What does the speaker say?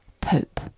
Pope